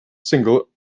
single